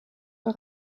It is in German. für